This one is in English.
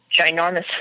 ginormous